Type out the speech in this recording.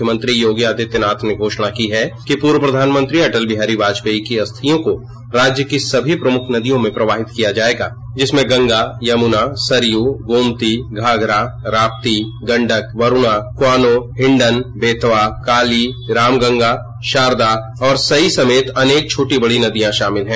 मुख्यमंत्री योगी आदित्यनाथ ने घोषणा की है कि पूर्व प्रधानमंत्री अटल बिहारी वाजपेयी की अस्थियों को राज्य की सभी प्रमुख नदियों में प्रवाहित किया जायेगा जिसमें गंगा यमुना सरयू गोमती घाघरा राप्ती गंडक वरूणा क्वानो हिंडन बेतवा काली रामगंगा शारदा सई समेत अनेक छोटी बड़ी नदियां शामिल हैं